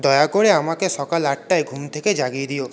দয়া করে আমাকে সকাল আটটায় ঘুম থেকে জাগিয়ে দিও